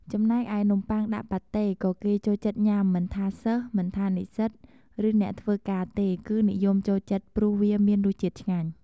ចំណែកឯនំំបុ័ងដាក់ប៉ាតេក៏គេចូលចិត្តញុាំមិនថាសិស្សិ មិនថានិស្សិត ឬអ្នកធ្វើការទេគឺនិយមចូលចិត្តព្រោះវាមានរសជាតិឆ្ងាញ់។